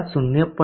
670